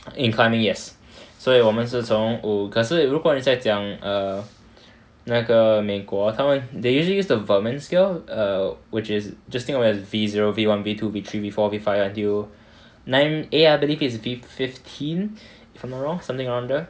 in climbing yes 所以我们是从五可是如果你在讲 err 那个美国他们 they usually use the vermin scale err which is just think of it as V zero V one V two V three V four V five until nine A I believe it is fifteen if I'm not wrong something around there